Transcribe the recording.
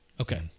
Okay